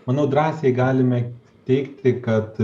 manau drąsiai galime teigti kad